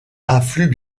affluent